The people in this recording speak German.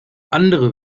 andere